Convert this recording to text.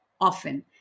often